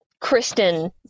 Kristen